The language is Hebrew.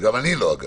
גם אני לא, אגב.